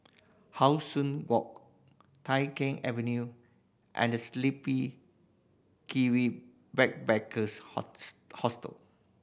How Sun Walk Tai Keng Avenue and The Sleepy Kiwi Backpackers Hostel